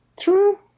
true